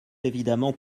évidemment